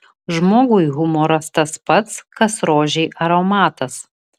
žmogui humoras tas pat kas rožei aromatas